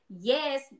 yes